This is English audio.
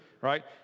right